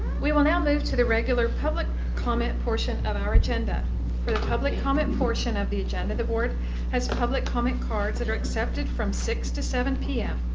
we will now move to the regular public comment portion of our agenda. for the public comment portion of our agenda, the board has public comment cards that are accepted from six to seven p m.